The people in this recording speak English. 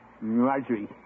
Marjorie